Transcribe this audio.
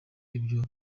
ibyo